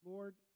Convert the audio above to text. Lord